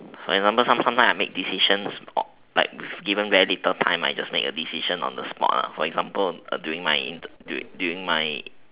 for example some sometime I make decisions like given very little time I just make a decision on the spot ah for example during my during my